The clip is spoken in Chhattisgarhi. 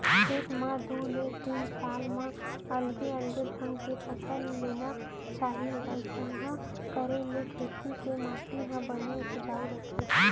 खेत म दू ले तीन साल म अलगे अलगे ढंग ले फसल लेना चाही अइसना करे ले खेत के माटी ह बने उपजाउ रथे